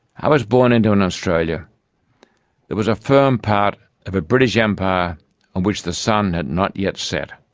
i was born into an australia that was a firm part of a british empire on which the sun had not yet set.